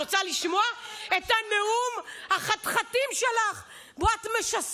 את רוצה לשמוע, אבל אני מקשיבה לך.